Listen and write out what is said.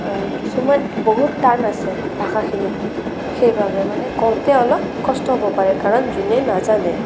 কিছুমান বহুত টান আছে ভাষাখিনি সেইবাবে মানে কওঁতে অলপ কষ্ট হ'ব পাৰে কাৰণ যোনে নাজানে